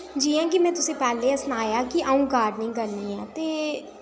जि'यां कि में तुसेंगी पैह्ले गै सनाया कि अ'ऊं गार्डनिंग करनी आं ते